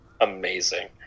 Amazing